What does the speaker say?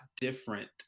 different